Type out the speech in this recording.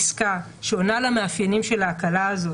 ההנחה שלנו היא שכאשר מדובר בעסקה שעונה למאפיינים של ההקלה הזאת,